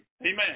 Amen